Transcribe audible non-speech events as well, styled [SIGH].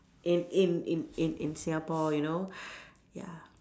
in in in in in Singapore you know [BREATH] ya